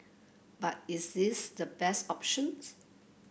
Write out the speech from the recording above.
but is this the best options